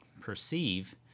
perceive